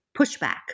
pushback